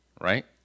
right